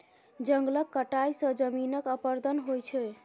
जंगलक कटाई सँ जमीनक अपरदन होइ छै